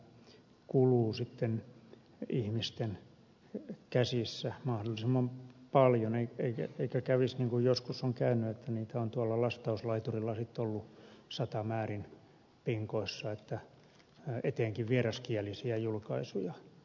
toivoisi että tämä sitten kuluu ihmisten käsissä mahdollisimman paljon eikä kävisi niin kuin joskus on käynyt että niitä on tuolla lastauslaiturilla sitten ollut satamäärin pinkoissa etenkin vieraskielisiä julkaisuja